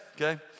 okay